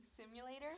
simulator